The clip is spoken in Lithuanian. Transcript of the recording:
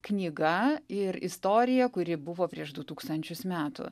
knyga ir istorija kuri buvo prieš du tūkstančius metų